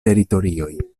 teritorioj